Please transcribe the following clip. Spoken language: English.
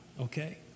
okay